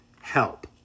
help